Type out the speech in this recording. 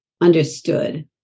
understood